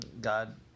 god